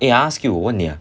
eh I ask you 我问你 ah